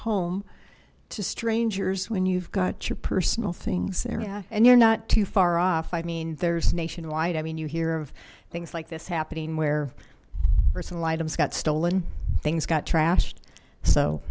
home to strangers when you've got your personal things there and you're not too far off i mean there's nationwide i mean you hear of things like this happening where personal items got stolen things got trashed so